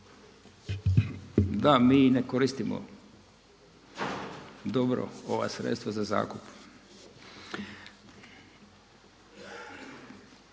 Da mi ne koristimo dobro ova sredstva za zakup.